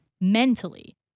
mentally